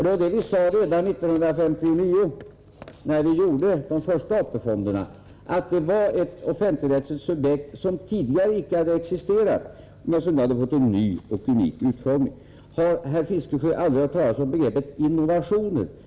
Redan 1959, då vi bildade de första AP-fonderna, sade vi att de var ett offentligrättsligt subjekt som tidigare icke hade existerat och som hade fått en ny och unik utformning. Har herr Fiskesjö aldrig hört talas om begreppet innovationer?